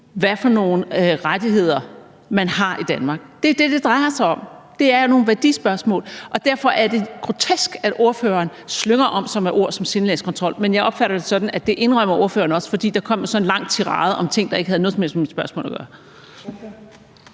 nogle rettigheder man har i Danmark. Det er det, det drejer sig om. Det er nogle værdispørgsmål, og derfor er det grotesk, at ordføreren slynger om sig med ord som sindelagskontrol, men jeg opfatter det sådan, at ordføreren også indrømmer det, for der kom sådan en lang tirade om ting, der ikke havde noget som helst med mit spørgsmål at gøre.